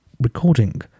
recording